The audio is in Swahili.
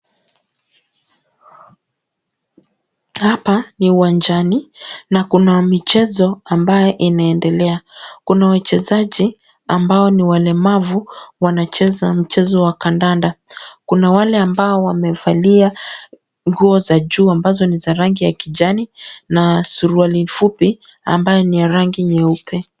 Hapa no uwanjani na kuna michezo ambayo inaendelea. Kuna wachezaji ambao ni walemavu wanacheza mchezo wa kandanda. Kuna wale ambao wamevalia nguo za juu ambazo ni za rangi ya kijani na suruali fupi ambayo ni ya rangi nyeupe.